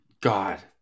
God